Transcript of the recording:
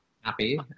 happy